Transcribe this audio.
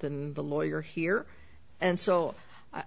than the lawyer here and so